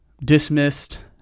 dismissed